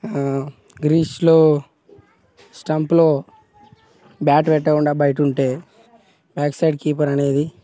ఆ గ్రీస్లో స్టంప్లో బ్యాట్ పెట్టకుండా బయట ఉంటే బ్యాక్ సైడ్ కీపర్ అనేది